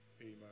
Amen